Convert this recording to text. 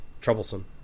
troublesome